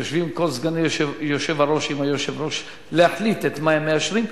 כשיושבים כל סגני היושב-ראש עם היושב-ראש להחליט את מה הם מאשרים,